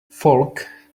folk